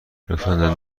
لطفا